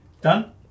Done